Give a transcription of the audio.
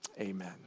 amen